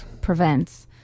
prevents